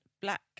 black